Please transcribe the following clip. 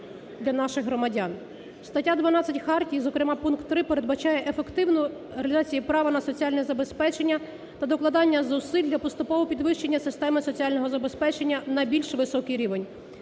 Стаття 12 хартії, зокрема, пункт 3 передбачає ефективну реалізацію права на соціальне забезпечення та докладання зусиль для поступового підвищення системи соціального забезпечення на більш високий рівень.